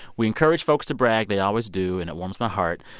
we encourage folks to brag. they always do, and it warms my heart.